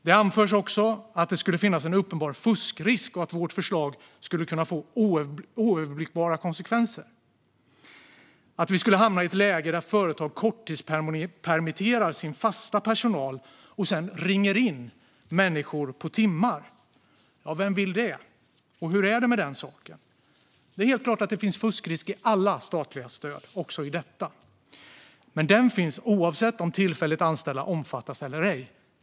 Det anförs också att det skulle finnas en uppenbar fuskrisk och att vårt förslag skulle kunna få oöverblickbara konsekvenser, att vi skulle kunna "hamna i ett läge där företag korttidspermitterar sin fasta personal och sedan ringer in människor på timmar". Vem vill det? Hur är det med den saken? Det är helt klart att det finns fuskrisk i alla statliga stöd, också i detta. Men den finns oavsett om tillfälligt anställda omfattas eller ej.